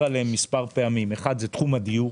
עליהם מספר פעמים: האחד זה תחום הדיור.